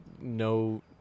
no